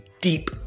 deep